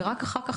ורק אחר כך,